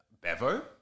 Bevo